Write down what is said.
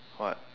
what